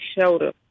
shoulder